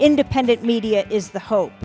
independent media is the hope